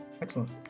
Excellent